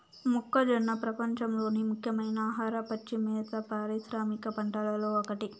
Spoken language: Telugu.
మొక్కజొన్న ప్రపంచంలోని ముఖ్యమైన ఆహార, పచ్చి మేత పారిశ్రామిక పంటలలో ఒకటి